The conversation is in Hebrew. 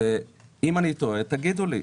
ואם אני טועה אז תגידו לי,